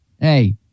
Hey